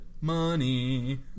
Money